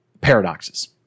paradoxes